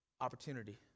opportunity